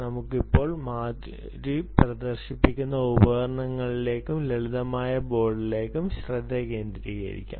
നമുക്ക് ഇപ്പോൾ മാധുരി പ്രദർശിപ്പിക്കുന്ന ഉപകരണങ്ങളിലും ലളിതമായ ബോർഡിലും ശ്രദ്ധ കേന്ദ്രീകരിക്കാം